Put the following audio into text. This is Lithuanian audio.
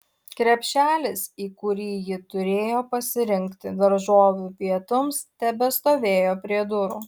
krepšelis į kurį ji turėjo pasirinkti daržovių pietums tebestovėjo prie durų